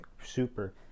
super